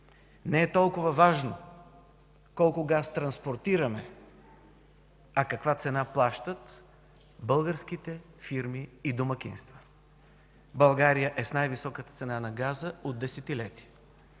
Не е толкова важно колко газ транспортираме, а каква цена плащат българските фирми и домакинства. България е с най-високата цена на газа от десетилетия.